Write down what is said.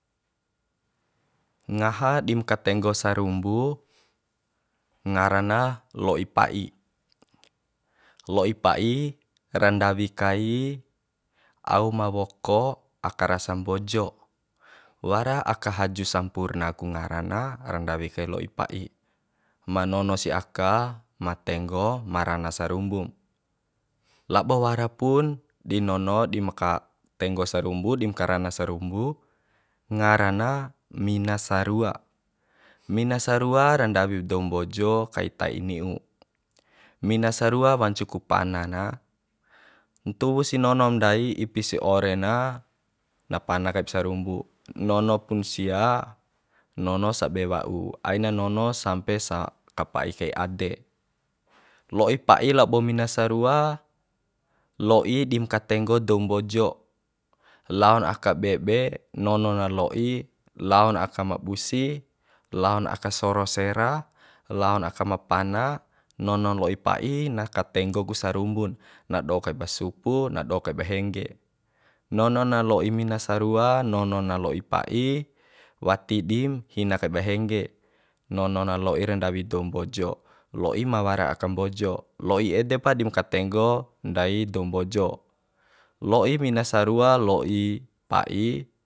Ngaha dim katenggo sarumbu ngara na lo'i pa'i lo'i pa'i ra ndawi kai au ma woko aka rasa mbojo wara aka haju sampurna ku ngara na ra ndawi kai lo'i pa'i ma nono si aka ma tenggo ma rana sarumbum labo wara pun di nono dim ka tenggo sarumbu dim karana sarumbu ngara na mina sarua mina sarua ra ndawib dou mbojo kai ta'i ni'u mina sarua wancu ku pana na ntuwu si nonom ndai ipi si ore na na pana kaib sarumbu nono pun sia nono sa be wa'u aina nono sampe sa kapa'i kai ade lo'i labo mina sarua lo'i dim katenggo dou mbojo laon aka be be nono na lo'i laon aka ma busi laon aka soro sera laon aka ma pana nonon lo'i pa'i na ka tenggo ku sarumbun na do kaiba supu na do kaiba hengge nono na lo'i mina sarua nono na lo'i pa'i wati dim hina kaiba hengge nono na lo'i ra ndawi dou mbojo lo'i ma wara aka mbojo lo'i ede pa dim ka tenggo ndai dou mbojo lo'i mina sarua lo'i pa'i